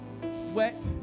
Sweat